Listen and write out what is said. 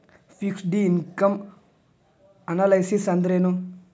Fixed income analysis ಅಂದ್ರೆನು?